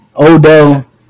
Odell